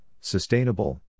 sustainable